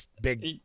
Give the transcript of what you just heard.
big